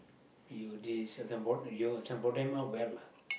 you this you brought them you bought them up well lah